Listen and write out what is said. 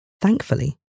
Thankfully